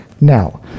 Now